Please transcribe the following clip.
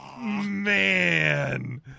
man